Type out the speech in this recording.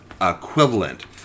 equivalent